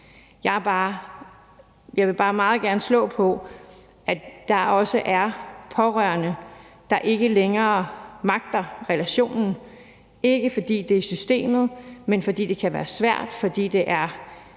Jeg vil bare meget gerne slå på, at der også er pårørende, der ikke længere magter relationen, ikke fordi det er systemet, men fordi det kan være svært, fordi det er